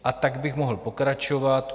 A tak bych mohl pokračovat.